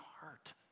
heart